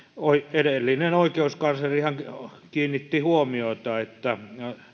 edellinen oikeuskanslerihan kiinnitti huomiota siihen että